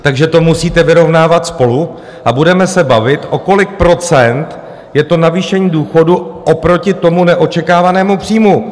Takže to musíte vyrovnávat spolu a budeme se bavit, o kolik procent je to navýšení důchodů oproti tomu neočekávanému příjmu.